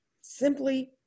simply